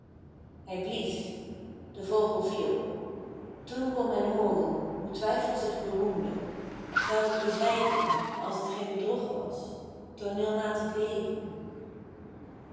hij blies de vogel viel toen kon men hooren hoe twijfel zich beroemde zou t bezwijken als t geen bedrog was tooneelmatig leven